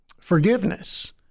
forgiveness